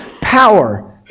power